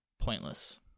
pointless